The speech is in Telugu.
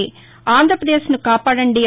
ఆంధ్రప్రదేశ్ను కాపాడండి